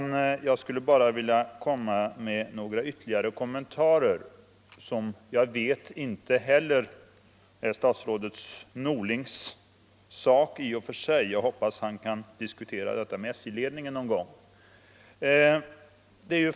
Jag skulle bara vilja ge några ytterligare kommentarer. Jag vet att detta i och för sig inte heller är statsrådet Norlings sak, men jag hoppas han kan diskutera dem med SJ-ledningen någon gång.